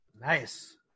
Nice